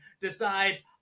decides